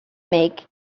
make